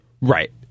Right